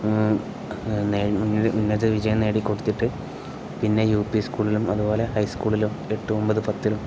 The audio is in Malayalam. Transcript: ഉന്നത്ത വിജയം നേടി കൊടുത്തിട്ട് പിന്നെ യു പി സ്കൂളിലും അതുപോലെ ഹൈ സ്കൂളിലും എട്ട് ഒൻപത് പത്തിലും